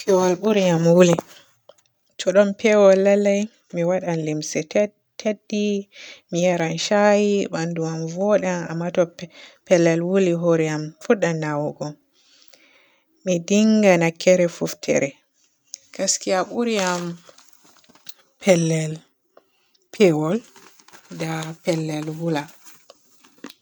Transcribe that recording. Pewol burini am woole. To ɗon pewol lallay mi waadan limse ted-teddi, mi yaran shayi bandu am voodan amma to pellel wooli hoore am fuddan nawoogo, mi dinga nakkere fuftere. Gaskiya buri am pellel pewol da pellel woola.